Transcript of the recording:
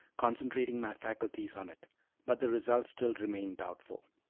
concentrating my faculties on it but the result still remained doubtful.